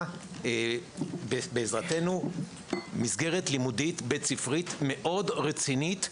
בעזרתנו מסגרת לימודית בית-ספרית מאוד רצינית,